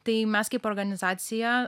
tai mes kaip organizacija